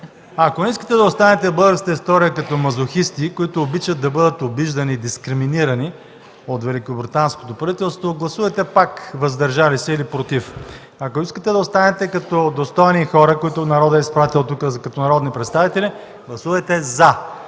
не искате да останете в българската история като мазохисти, които обичат да бъдат обиждани и дискриминирани от великобританското правителство, гласувайте пак „въздържали се” или „против”. Ако искате да останете като достойни хора, които народът е изпратил тук като народни представители, гласувайте „за”.